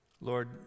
Lord